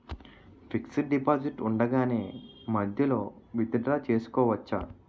Fixed deposit ఉండగానే మధ్యలో withdraw చేసుకోవచ్చా?